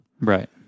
Right